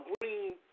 green